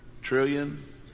trillion